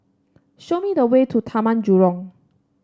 show me the way to Taman Jurong